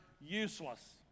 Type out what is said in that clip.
useless